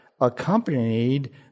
accompanied